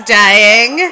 dying